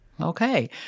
Okay